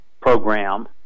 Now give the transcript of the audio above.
program